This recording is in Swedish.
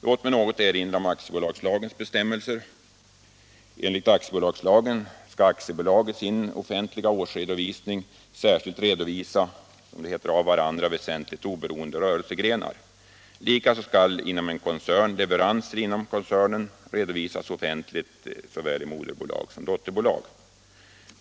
Låt mig något erinra om aktiebolagslagens bestämmelser! Enligt denna lag skall aktiebolag i sin offentliga årsredovisning särskilt redovisa av varandra väsentligt oberoende rörelsegrenar. Likaså skall inom en koncern leveranser inom koncernen redovisas offentligt i såväl moderbolag som dotterbolag.